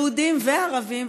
יהודים וערבים,